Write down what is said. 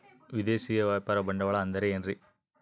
ವಿದೇಶಿಯ ವ್ಯಾಪಾರ ಬಂಡವಾಳ ಅಂದರೆ ಏನ್ರಿ?